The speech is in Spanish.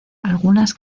algunas